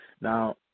Now